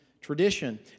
tradition